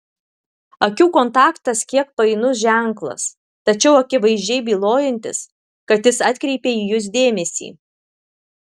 akių kontaktas kiek painus ženklas tačiau akivaizdžiai bylojantis kad jis atkreipė į jus dėmesį